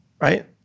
right